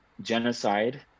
genocide